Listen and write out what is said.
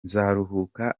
nzaruhuka